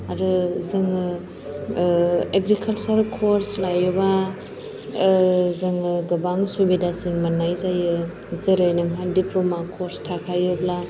आरो जोङो agriculture course लायोबा जोङो गोबां सुबिदासिन मोननाय जायो जेरै नोंहा डिप्ल'मा कर्स थाखायोब्ला